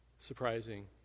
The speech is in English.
surprising